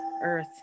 earth